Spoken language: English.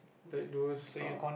like those um